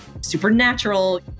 supernatural